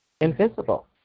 invisible